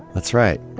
that's right.